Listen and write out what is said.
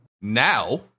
Now